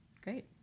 Great